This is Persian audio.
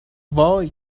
وای